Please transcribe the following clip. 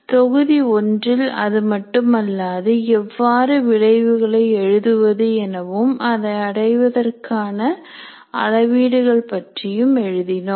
தொகுதி ஒன்றில் அதுமட்டுமல்லாது எவ்வாறு விளைவுகளை எழுதுவது எனவும் அதை அடைவதற்கான அளவீடுகள் பற்றியும் எழுதினோம்